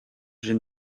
j’ai